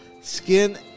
Skin